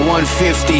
150